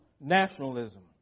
nationalism